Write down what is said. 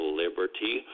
liberty